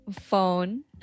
phone